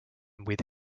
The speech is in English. with